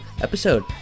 episode